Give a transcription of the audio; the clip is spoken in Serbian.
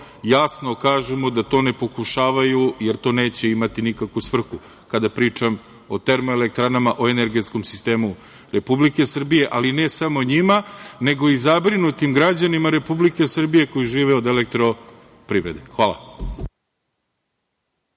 Jasno kažemo da to ne pokušavaju, jer to neće imati nikakvu svrhu, kada pričam o termoelektranama, o energetskom sistemu Republike Srbije, ali ne samo njima, nego i zabrinutim građanima Republike Srbije koji žive od elektroprivrede. Hvala.